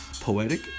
poetic